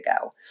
go